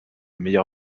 meilleur